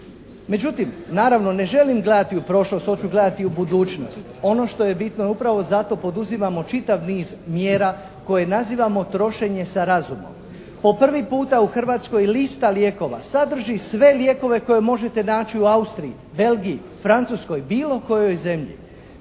Međutim, naravno ne želim gledati u prošlost, hoću gledati u budućnost. Ono što je bitno i upravo zato poduzimamo čitav niz mjera koje nazivamo trošenje sa razumom. Po prvi puta u Hrvatskoj lista lijekova sadrži sve lijekove koje možete naći u Austriji, Belgiji, Francuskoj, bilo kojoj zemlji.